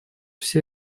все